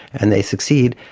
and they succeed.